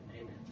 Amen